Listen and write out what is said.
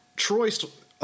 Troy's